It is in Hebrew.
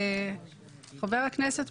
חבר הכנסת,